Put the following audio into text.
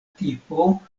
tipo